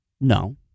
No